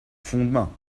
fondement